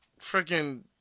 freaking